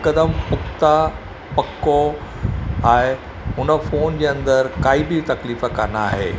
हिकदमि पुख़्ता पको आहे हुन फोन जे अंदरि काई बि तकलीफ़ु कोन आहे